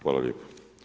Hvala lijepo.